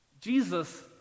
Jesus